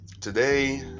today